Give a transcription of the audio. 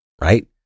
right